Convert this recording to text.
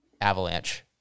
Avalanche